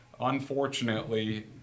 unfortunately